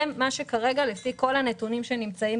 זה מה שכרגע לפי כל הנתונים שנמצאים